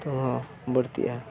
ᱥᱤᱛᱩᱝ ᱦᱚᱸ ᱵᱟᱹᱲᱛᱤᱜᱼᱟ